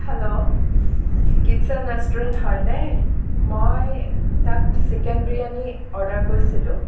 hello kitchen restaurant হয় নে মই তাত চিকেন বিৰিয়ানী অৰ্ডাৰ কৰিছিলোঁ